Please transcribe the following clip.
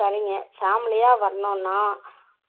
சரிங்க ஃபேமிலியாக வரணோன்னா